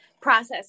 process